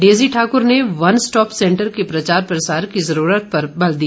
Daisy Thakur ने one stop centre के प्रचार प्रसार की जरूरत पर बल दिया